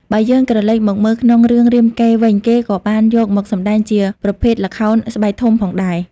បើយើងក្រឡេកមកមើលក្នុងរឿងរាមកេរ្តិ៍វិញគេក៏បានយកមកសម្តែងជាប្រភេទល្ខោនស្បែកធំផងដែរ ។